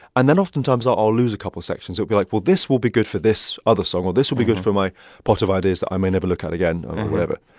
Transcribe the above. and then oftentimes, i'll lose a couple of sections. it'll be like, well, this will be good for this other song, or, this will be good for my pot of ideas that i may never look at again or whatever.